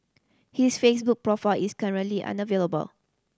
his Facebook profile is currently unavailable